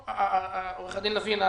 עורך הדין לוין,